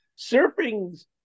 Surfing's